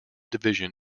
division